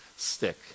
stick